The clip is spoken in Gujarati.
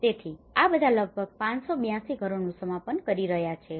તેથી આ બધા લગભગ 582 ઘરોનું સમાપન કરી રહ્યા છે